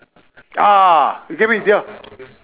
ah you get what I mean